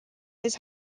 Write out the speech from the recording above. his